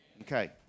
Okay